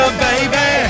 baby